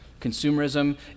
Consumerism